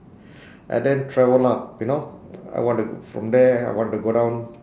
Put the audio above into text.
and then travel up you know I want from there I want to go down